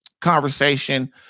conversation